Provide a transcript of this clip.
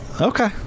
Okay